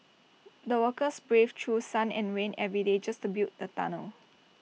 the workers braved through sun and rain every day just to build the tunnel